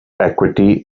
equity